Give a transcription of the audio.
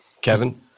Kevin